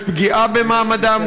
יש פגיעה במעמדם,